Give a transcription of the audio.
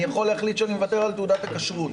אני יכול להחליט שאני מוותר על תעודת הכשרות.